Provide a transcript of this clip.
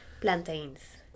plantains